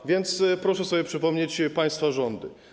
A więc proszę sobie przypomnieć państwa rządy.